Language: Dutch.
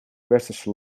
westerse